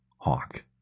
Hawk